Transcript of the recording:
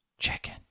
chicken